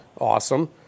Awesome